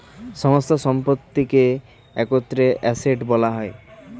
সমস্ত সম্পত্তিকে একত্রে অ্যাসেট্ বলা হয়